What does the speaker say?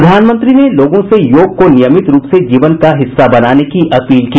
प्रधानमंत्री ने लोगों से योग को नियमित रूप से जीवन का हिस्सा बनाने की अपील की